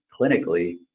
clinically